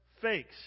fakes